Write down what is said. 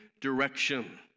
direction